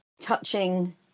touching